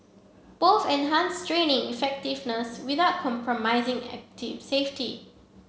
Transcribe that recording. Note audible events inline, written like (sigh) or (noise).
both enhanced training effectiveness without compromising (unintelligible) safety